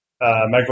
Michael